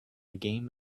game